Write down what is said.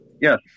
Yes